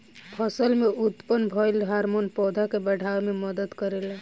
फसल में उत्पन्न भइल हार्मोन पौधा के बाढ़ावे में मदद करेला